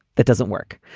that doesn't work.